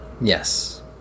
Yes